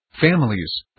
families